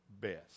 Best